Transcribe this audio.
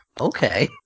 okay